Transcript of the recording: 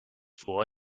fool